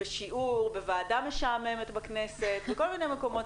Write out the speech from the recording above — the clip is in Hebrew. בשיעור, בוועדה משעממת בכנסת, בכל מיני מקומות